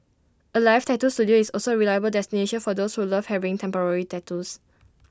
alive tattoo Studio is also reliable destination for those who love having temporary tattoos